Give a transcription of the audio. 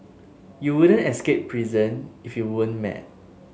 you wouldn't escape prison if you weren't mad